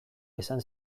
esan